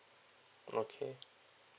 okay